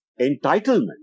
entitlement